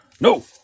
No